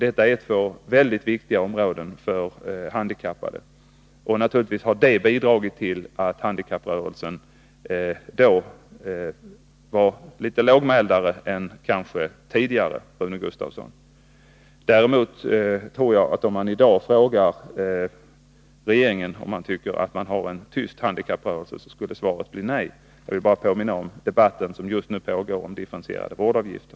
Detta är mycket viktiga områden för handikappade, och naturligtvis har dessa vallöften bidragit till att handikapprörelsen kanske varit litet mer lågmäld än tidigare, Rune Gustavsson. Däremot tror jag att svaret, om man i dag frågade regeringen om den tycker att vi har en tyst handikapprörelse, skulle bli nej. Jag vill bara påminna om den debatt som just nu pågår om differentierade vårdavgifter.